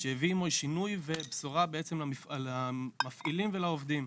שהביא עימו שינוי ובשורה בעצם למפעילים ולעובדים.